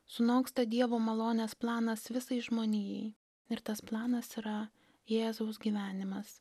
sunoksta dievo malonės planas visai žmonijai ir tas planas yra jėzaus gyvenimas